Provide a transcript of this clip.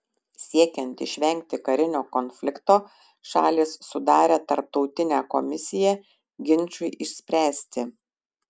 siekiant išvengti karinio konflikto šalys sudarė tarptautinę komisiją ginčui išspręsti